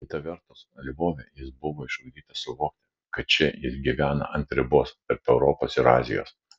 kita vertus lvove jis buvo išugdytas suvokti kad čia jis gyvena ant ribos tarp europos ir azijos